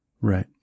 Right